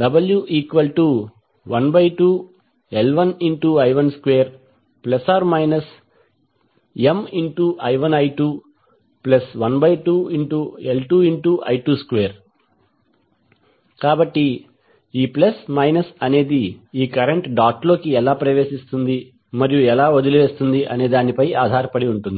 w12L1i12±Mi1i212L2i22 కాబట్టి ఈ plus minus అనేది ఈ కరెంట్ డాట్ లోకి ఎలా ప్రవేశిస్తుంది మరియు ఎలా వదిలివేస్తుంది అనే దానిపై ఆధారపడి ఉంటుంది